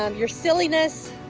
um your silliness,